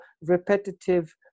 repetitive